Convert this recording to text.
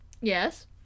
Yes